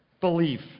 belief